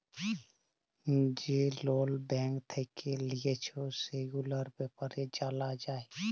যে loan bank থেক্যে লিয়েছে, সেগুলার ব্যাপারে জালা যায়